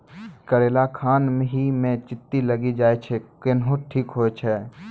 करेला खान ही मे चित्ती लागी जाए छै केहनो ठीक हो छ?